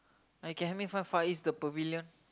I can help me find Far East the Pavilion